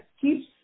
keeps